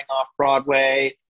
off-Broadway